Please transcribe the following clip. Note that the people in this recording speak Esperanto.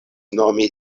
nomi